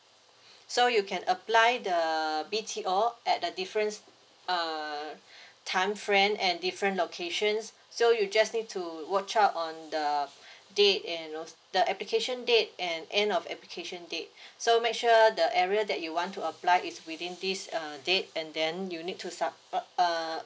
so you can apply the B_T_O at the different uh time frame and different locations so you just need to watch out on the date and also the application date and end of application date so make sure the area that you want to apply is within this uh date and then you need to sub~ err